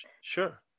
Sure